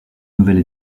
nouvelle